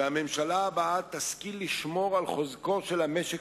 שהממשלה הבאה תשכיל לשמור על חוזקו של המשק